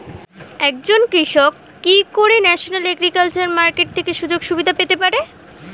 একজন কৃষক কি করে ন্যাশনাল এগ্রিকালচার মার্কেট থেকে সুযোগ সুবিধা পেতে পারে?